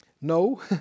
No